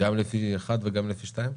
גם לפי אחד וגם לפי שתיים?